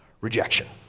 rejection